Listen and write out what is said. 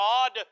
God